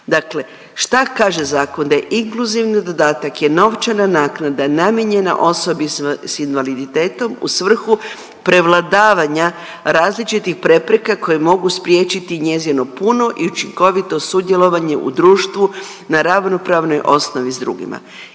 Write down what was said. Dakle, šta kaže zakon? Da je inkluzivni dodatak je novčana naknada namijenjena osobi s invaliditetom u svrhu prevladavanja različitih prepreka koje mogu spriječiti njezino puno i učinkovito sudjelovanje u društvu na ravnopravnoj osnovi s drugima.